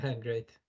Great